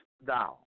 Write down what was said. thou